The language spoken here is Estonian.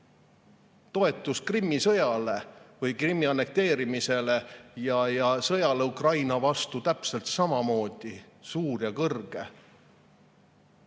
Toetus Krimmi sõjale või Krimmi annekteerimisele ja sõjale Ukraina vastu on täpselt samamoodi suur ja kõrge.